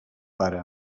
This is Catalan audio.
pare